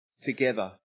together